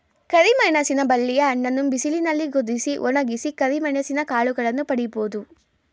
ಕರಿಮೆಣಸಿನ ಬಳ್ಳಿಯ ಹಣ್ಣನ್ನು ಬಿಸಿಲಿನಲ್ಲಿ ಕುದಿಸಿ, ಒಣಗಿಸಿ ಕರಿಮೆಣಸಿನ ಕಾಳುಗಳನ್ನು ಪಡಿಬೋದು